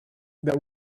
that